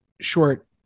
short